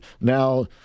now